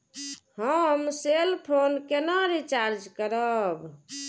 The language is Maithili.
हम सेल फोन केना रिचार्ज करब?